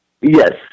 Yes